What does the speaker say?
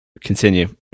continue